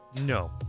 No